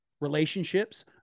relationships